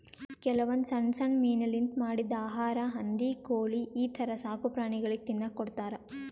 ಕೆಲವೊಂದ್ ಸಣ್ಣ್ ಸಣ್ಣ್ ಮೀನಾಲಿಂತ್ ಮಾಡಿದ್ದ್ ಆಹಾರಾ ಹಂದಿ ಕೋಳಿ ಈಥರ ಸಾಕುಪ್ರಾಣಿಗಳಿಗ್ ತಿನ್ನಕ್ಕ್ ಕೊಡ್ತಾರಾ